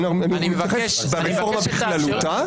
קודם כול אני מתייחס לרפורמה בכללותה,